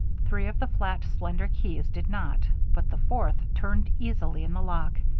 three of the flat, slender keys did not, but the fourth turned easily in the lock.